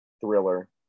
thriller